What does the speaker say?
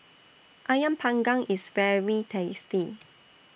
Ayam Panggang IS very tasty